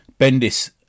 Bendis